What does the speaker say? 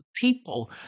people